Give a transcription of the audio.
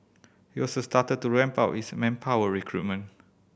has also started to ramp up its manpower recruitment